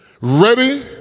ready